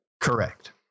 Correct